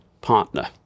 partner